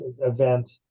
event